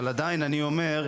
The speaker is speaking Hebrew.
אבל עדיין אני אומר,